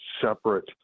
separate